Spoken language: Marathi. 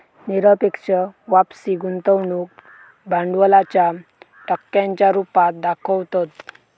निरपेक्ष वापसी गुंतवणूक भांडवलाच्या टक्क्यांच्या रुपात दाखवतत